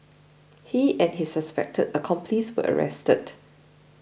he and his suspected accomplice were arrested